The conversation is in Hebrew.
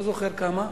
לא זוכר כמה,